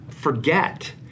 forget